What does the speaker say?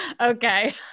okay